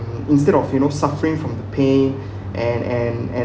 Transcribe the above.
instead of you know suffering from the pain and and and